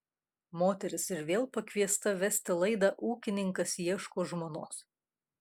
moteris ir vėl pakviesta vesti laidą ūkininkas ieško žmonos